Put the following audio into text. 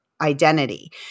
identity